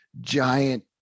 giant